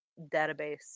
database